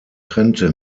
trennte